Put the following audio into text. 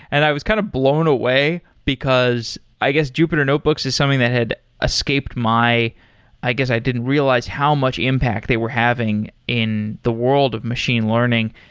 and i was kind of blown away, because i guess jupiter notebooks is something that had escaped my i guess, i didn't realize how much impact they were having in the world of machine learning.